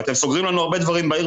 ואתם סוגרים לנו הרבה דברים בעיר,